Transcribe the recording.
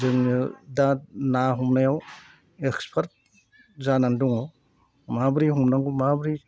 जोङो दा ना हमनायाव एक्सपार्ट जानानै दङ माबोरै हमनांगौ माबोरै